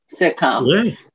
sitcom